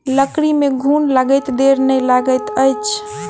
लकड़ी में घुन लगैत देर नै लगैत अछि